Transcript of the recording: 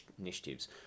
initiatives